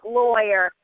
lawyer